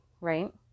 right